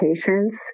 patients